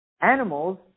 Animals